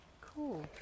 Cool